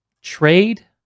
Trade